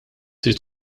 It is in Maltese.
trid